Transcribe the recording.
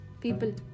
people